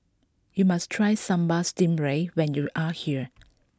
you must try Sambal Stingray when you are here